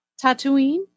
Tatooine